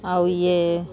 ଆଉ ଇଏ